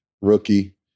rookie